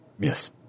Yes